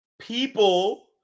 people